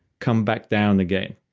come back down again.